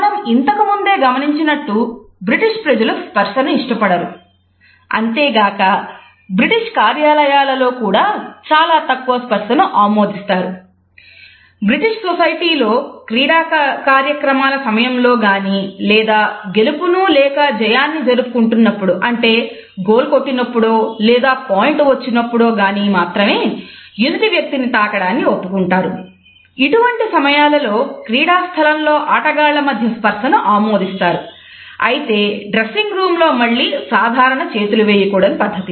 మనం ఇంతకుముందే గమనించినట్టు బ్రిటిష్ లో మళ్లీ సాధారణ చేతులు వేయకూడని పద్ధతి